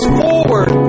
forward